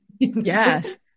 Yes